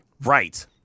Right